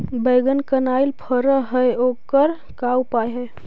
बैगन कनाइल फर है ओकर का उपाय है?